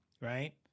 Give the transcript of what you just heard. right